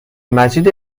مجید